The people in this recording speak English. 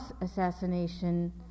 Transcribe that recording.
assassination